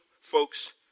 folks